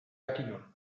aquino